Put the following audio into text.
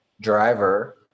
driver